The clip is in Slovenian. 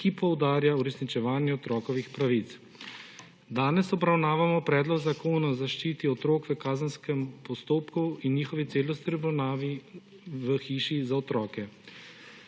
ki poudarja uresničevanje otrokovih pravic. Danes obravnavamo Predlog zakona o zaščiti otrok v kazenskem postopku in njihovi celostni obravnavi v hiši za otroke.